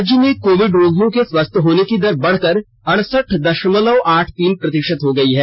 राज्य में कोविड रोगियों के स्वस्थ होने की दर बढ़कर अड़सठ दशमलव आठ तीन प्रतिशत हो गयी है